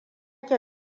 ke